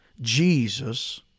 Jesus